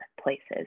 places